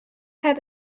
had